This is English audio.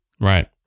Right